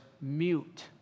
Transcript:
mute